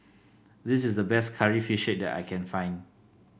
this is the best Curry Fish Head I can find